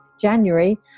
January